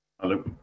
Hello